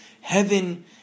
Heaven